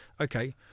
okay